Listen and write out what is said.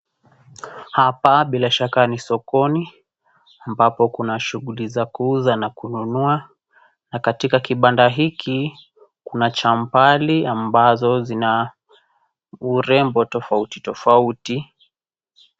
Hapa bila shaka ni sokoni ambapo kuna shughuli za kuuza na kununua, na katika kibanda hiki kuna champali ambazo zina urembo tofauti tofauti.